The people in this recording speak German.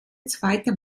zweite